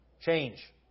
change